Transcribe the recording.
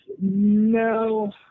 No